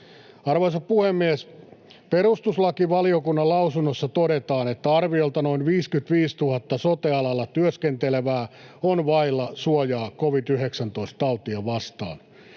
Arvoisa puhemies! Perustuslakivaliokunnan lausunnossa todetaan, että arviolta noin 55 000 sote-alalla työskentelevää on vailla suojaa covid-19-tautia vastaan.